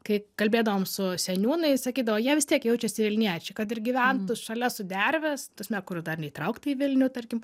kai kalbėdavom su seniūnais sakydavo jie vis tiek jaučiasi vilniečiai kad ir gyventų šalia sudervės ta prasme kur dar neįtraukta į vilnių tarkim